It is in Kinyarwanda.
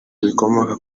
bikomoka